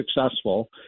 successful